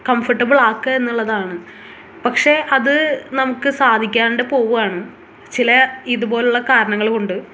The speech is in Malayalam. കംഫർട്ടബിൾ ആക്കുക എന്നുള്ളതാണ് പക്ഷെ അത് നമുക്ക് സാധിക്കാണ്ട് പോവുകയാണ് ചില ഇതുപോലുള്ള കാരണങ്ങൾ കൊണ്ട്